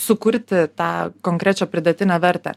sukurti tą konkrečią pridėtinę vertę